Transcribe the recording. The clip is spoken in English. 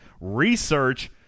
Research